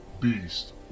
beast